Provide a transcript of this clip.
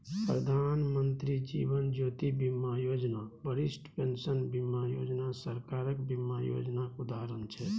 प्रधानमंत्री जीबन ज्योती बीमा योजना, बरिष्ठ पेंशन बीमा योजना सरकारक बीमा योजनाक उदाहरण छै